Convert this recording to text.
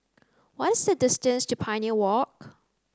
what is the distance to Pioneer Walk